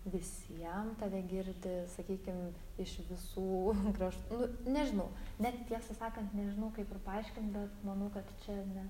visiem tave girdi sakykim iš visų krašt nu nežinau net tiesą sakant nežinau kaip ir paaiškint bet manau kad čia ne